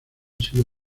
sido